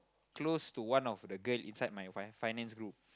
close to one of the girl inside my f~ finance group